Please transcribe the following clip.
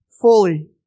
fully